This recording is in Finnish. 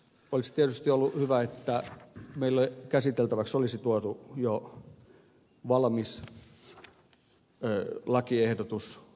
olisi tietysti ollut hyvä että meille käsiteltäväksi olisi tuotu jo valmis lakiehdotus valiokuntaan